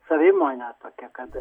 savimonę tokią kad